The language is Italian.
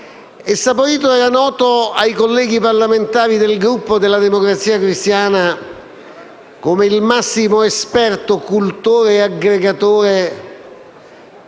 Egli era noto ai colleghi parlamentari del Gruppo della Democrazia Cristiana come il massimo esperto, cultore e aggregatore dei